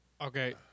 Okay